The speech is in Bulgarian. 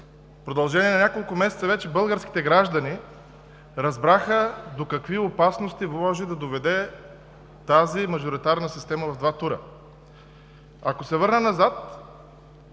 продължение на няколко месеца вече българските граждани разбраха до какви опасности може да доведе тази мажоритарна система в два тура. Ако се върнем назад: